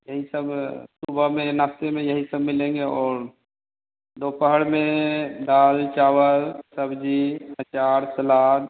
तो यह सब सुबह में यह नाश्ते में यही सब मिलेगा और दोपहर में दाल चावल सब्जी अचार सलाद